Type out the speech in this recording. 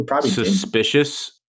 suspicious